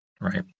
Right